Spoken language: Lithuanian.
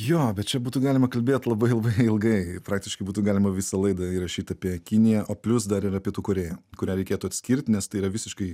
jo bet čia būtų galima kalbėt labai labai ilgai praktiškai būtų galima visą laidą įrašyt apie kiniją o plius dar yra pietų korėja kurią reikėtų atskirt nes tai yra visiškai